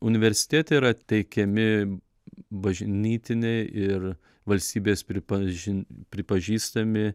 universitėte yra teikiami bažnytiniai ir valstybės pripažin pripažįstami